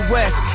West